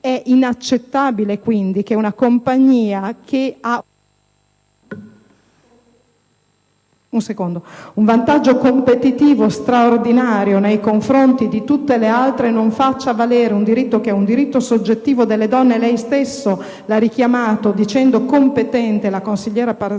È inaccettabile, quindi, che una compagnia che ha un vantaggio competitivo straordinario nei confronti di tutte le altre non riconosca un diritto, che è un diritto soggettivo delle donne - lei stesso lo ha richiamato dicendo competente la consigliera nazionale